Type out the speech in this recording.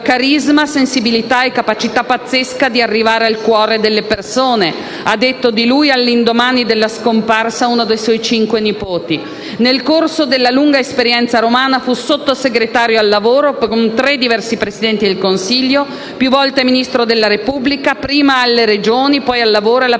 carisma, sensibilità e capacità pazzesca di arrivare al cuore delle persone, come, all’indomani della scomparsa, ha detto di lui uno dei suoi cinque nipoti. Nel corso della lunga esperienza romana fu Sottosegretario al lavoro con tre diversi Presidenti del Consiglio e più volte Ministro della Repubblica, prima alle Regioni e, poi, al lavoro e alla